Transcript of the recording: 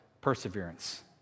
perseverance